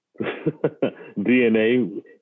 DNA